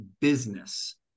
business